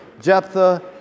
Jephthah